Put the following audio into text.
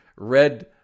Red